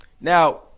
Now